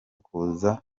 kuza